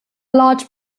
large